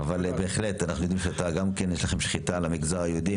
יודעים שיש לכם שחיטה למגזר היהודי,